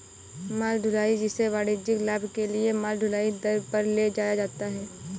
माल ढुलाई, जिसे वाणिज्यिक लाभ के लिए माल ढुलाई दर पर ले जाया जाता है